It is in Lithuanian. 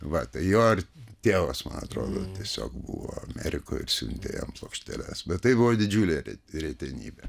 va tai jo tėvas man atrodo tiesiog buvo amerikoj ir siuntė jam plokšteles bet tai buvo didžiulė retenybė